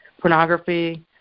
pornography